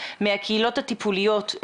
מהקהילות הטיפוליות,